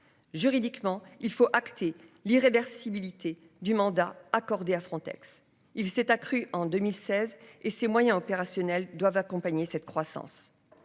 Juridiquement il faut acter l'irréversibilité du mandat accordé à Frontex. Il s'est accrue en 2016 et ses moyens opérationnels doivent accompagner cette croissance.